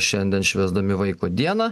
šiandien švęsdami vaiko dieną